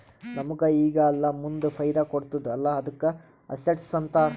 ನಮುಗ್ ಈಗ ಇಲ್ಲಾ ಮುಂದ್ ಫೈದಾ ಕೊಡ್ತುದ್ ಅಲ್ಲಾ ಅದ್ದುಕ ಅಸೆಟ್ಸ್ ಅಂತಾರ್